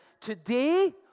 today